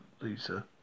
Lisa